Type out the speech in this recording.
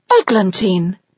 Eglantine